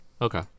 Okay